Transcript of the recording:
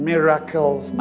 Miracles